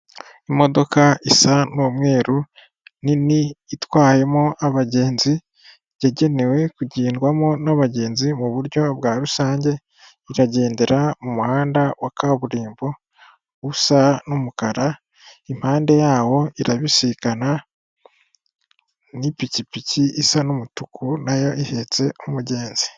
Imodoka isa n'umweru nini itwayemo abagenzi, yagenewe kugendwamo n'abagenzi mu buryo bwa rusange, iragendera mu muhanda wa kaburimbo usa n'umukara, impande yawo irabisikana n'ipikipiki isa n'umutuku nayo ihetse umugenzi.